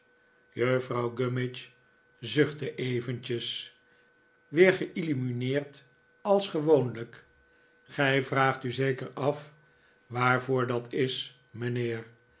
juffrouw gumdavid copperfield midge zuchtte eventjes weer geillumineerd als gewoonlijk gij vraagt u zeker af waarvoor dat is mijnheer